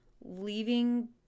leaving